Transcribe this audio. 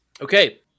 Okay